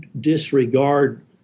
disregard